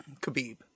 Khabib